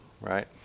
right